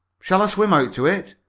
shall i swim out to it?